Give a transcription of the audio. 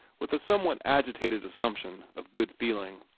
with a somewhat agitated assumption of good-feeling.